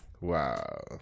Wow